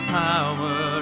power